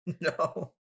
No